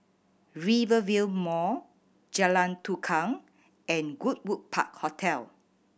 Rivervale Mall Jalan Tukang and Goodwood Park Hotel